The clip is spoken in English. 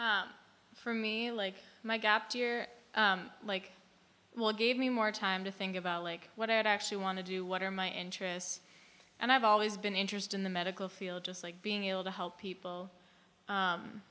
be for me like my gap year like what gave me more time to think about like what i actually want to do what are my interests and i've always been interested in the medical field just like being able to help people